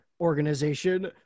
organization